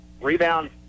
Rebound